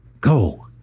go